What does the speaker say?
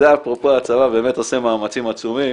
זה אפרופו שהצבא עושה מאמצים עצומים,